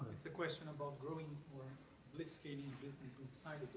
it's a question about growing or blitzscaling businesses